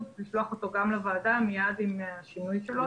לשלוח אותו גם לוועדה מיד עם השינוי שלו.